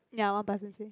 ya I want participate